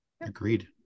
Agreed